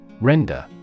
Render